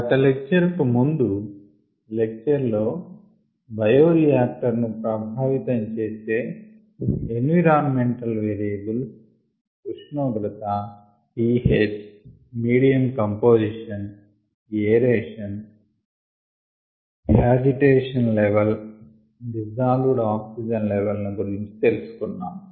గత లెక్చర్ కు ముందు లెక్చర్ లో బయోరియాక్టర్ ను ప్రభావితం చేసే ఎన్విరాన్మెంటల్ వేరియబుల్స్ ఉష్ణోగ్రత pH medium composition aeration agitation level dissolved oxygen level ను గురించి తెలుసుకున్నాము